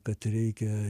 kad reikia